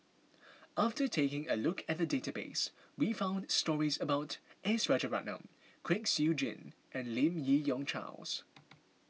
after taking a look at the database we found stories about S Rajaratnam Kwek Siew Jin and Lim Yi Yong Charles